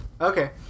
Okay